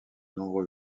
nombreux